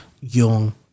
young